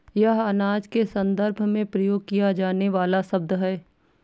यह अनाज के संदर्भ में प्रयोग किया जाने वाला शब्द है